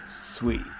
sweet